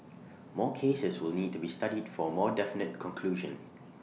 more cases will need to be studied for A more definite conclusion